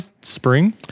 spring